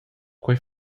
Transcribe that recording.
quei